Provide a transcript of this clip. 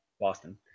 Boston